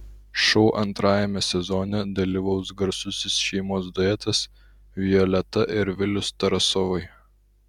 šou antrajame sezone dalyvaus garsusis šeimos duetas violeta ir vilius tarasovai